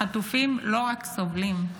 החטופים לא רק סובלים,